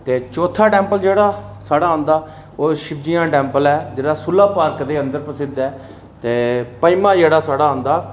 ते चौथा टैंपल जेह्ड़ा साढ़ा औंदा ओह् शिवजी टैंपल ऐ जेह्ड़ा सूला पार्क दे अंदर प्रसिद्ध ऐ ते पंजमां जेह्ड़ा साढ़ा आंदा